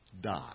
die